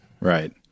Right